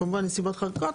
כמובן נסיבות חריגות,